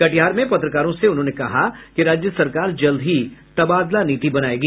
कटिहार में पत्रकारों से उन्होंने कहा कि राज्य सरकार जल्द ही तबादला नीति बनायेगी